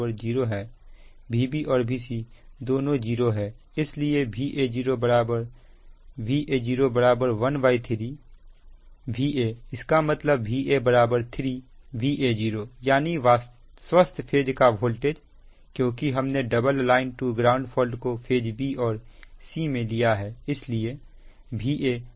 Vb और Vc दोनों zero है इसलिए Va0 Vao 13 इसका मतलब Va 3 Vaoयानी स्वस्थ फेज का वोल्टेज क्योंकि हमने double line to ground fault को फेज b और c में लिया है